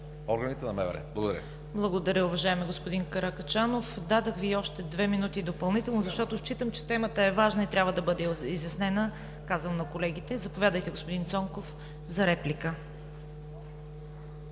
ЦВЕТА КАРАЯНЧЕВА: Благодаря, уважаеми господин Каракачанов. Дадох Ви още две минути допълнително, защото считам, че темата е важна и трябва да бъде изяснена – казвам на колегите. Заповядайте, господин Цонков, за реплика.